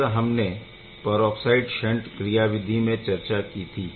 जैसा हमने peroxide shunt क्रियाविधि में चर्चा की थी